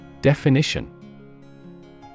Definition